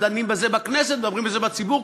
דנים בזה בכנסת, מדברים בזה בציבור.